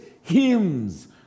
hymns